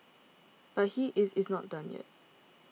but he is is not done yet